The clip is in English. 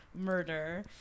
murder